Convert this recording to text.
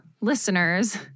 listeners